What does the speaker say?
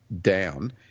down